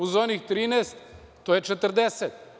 Uz onih 13, to je 40.